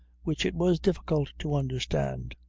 which it was difficult to understand.